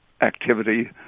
activity